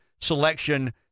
selection